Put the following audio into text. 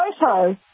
photo